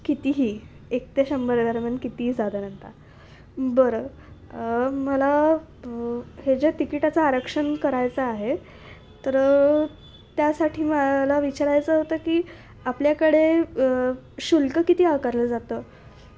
कितीही एक ते शंभर दरम्यान कितीही साधारणत बरं मला हे ज्या तिकिटाचं आरक्षण करायचं आहे तर त्यासाठी मला विचारायचं होतं की आपल्याकडे शुल्क किती आकारलं जातं